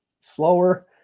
slower